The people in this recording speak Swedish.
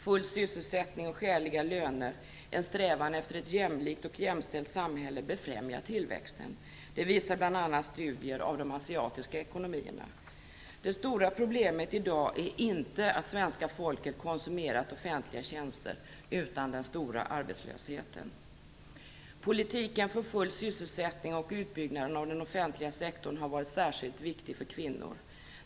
Full sysselsättning och skäliga löner, en strävan efter ett jämlikt och jämställt samhälle främjar tillväxten - det visar bl.a. studier av de asiatiska ekonomierna. Det stora problemet i dag är inte att svenska folket konsumerat offentliga tjänster utan den stora arbetslösheten. Politiken för full sysselsättning och utbyggnaden av den offentliga sektorn har varit särskilt viktig för kvinnor.